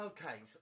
Okay